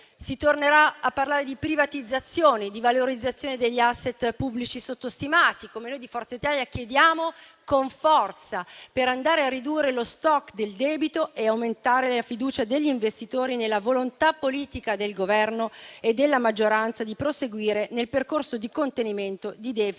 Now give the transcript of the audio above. Si tornerà a parlare di privatizzazioni e di valorizzazione degli *asset* pubblici sottostimati, come noi di Forza Italia chiediamo con forza, per andare a ridurre lo *stock* del debito e aumentare la fiducia degli investitori nella volontà politica del Governo e della maggioranza di proseguire nel percorso di contenimento di *deficit*